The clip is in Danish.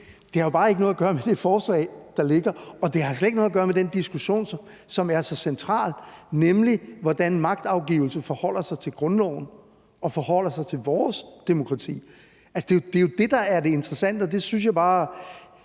har bare ikke noget at gøre med det forslag, der ligger her, og det har slet ikke noget at gøre med den diskussion, som er så central, nemlig diskussionen om, hvordan magtafgivelse forholder sig til grundloven og til vores demokrati. Altså, det er jo det, der er det interessante, og der synes jeg bare,